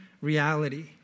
reality